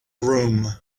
room